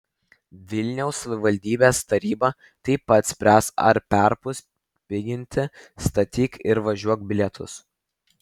vilniaus savivaldybės taryba taip pat spręs ar perpus piginti statyk ir važiuok bilietus